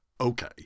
Okay